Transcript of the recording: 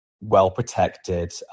well-protected